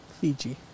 Fiji